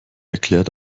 erklärt